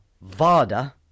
VADA